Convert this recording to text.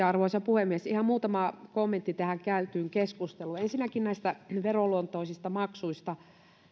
arvoisa puhemies ihan muutama kommentti tähän käytyyn keskusteluun ensinnäkin näistä veronluontoisista maksuista